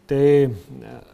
tai ne